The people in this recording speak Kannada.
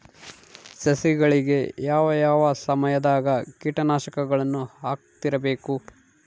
ಸಸಿಗಳಿಗೆ ಯಾವ ಯಾವ ಸಮಯದಾಗ ಕೇಟನಾಶಕಗಳನ್ನು ಹಾಕ್ತಿರಬೇಕು?